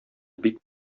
бик